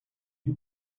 you